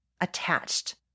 attached